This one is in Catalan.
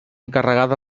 encarregada